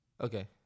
Okay